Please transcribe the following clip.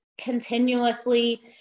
continuously